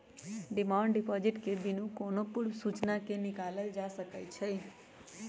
demand deposit के बिनु कोनो पूर्व सूचना के निकालल जा सकइ छै